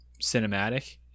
cinematic